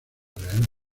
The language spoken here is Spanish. real